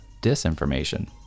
disinformation